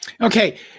Okay